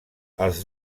els